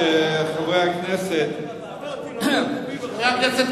חבר הכנסת כבל,